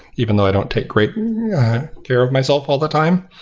even though i don't take great care of myself all the time.